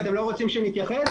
--- אתם לא רוצים שנתייחס?